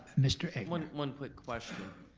mr. egnor? one one quick question.